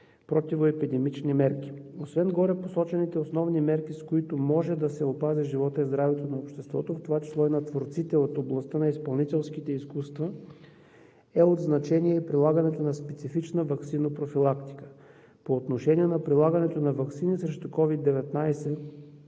противоепидемични мерки. Освен горепосочените основни мерки, с които може да се опази животът и здравето на обществото, в това число и на творците от областта на изпълнителските изкуства, е от значение и прилагането на специфична ваксинопрофилактика. По отношение на прилагането на ваксини срещу COVID-19